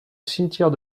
cimetière